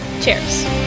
Cheers